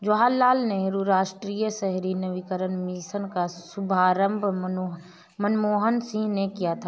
जवाहर लाल नेहरू राष्ट्रीय शहरी नवीकरण मिशन का शुभारम्भ मनमोहन सिंह ने किया था